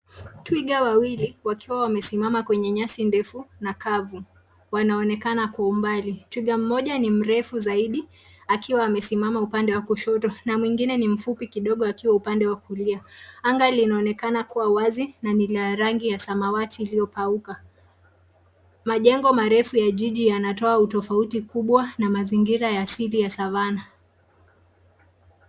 Twiga wawili wakiwa wamesimama kwenye nyasi ndefu wanaonekana kwa umbali. Twiga mmoja ni mrefu zaidi akiwa amesimama upande wa kushoto na mwingine ni mfupi kidogo akiwa upande wa kulia. Anga linaonekana kuwa wazi na ni la rangi ya samawati iliyokauka. Majengo marefu ya jiji yanatoa utofauti mkubwa na mazingira ya asili ya savana.